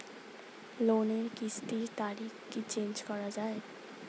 লোনের কিস্তির তারিখ কি চেঞ্জ করা যায়?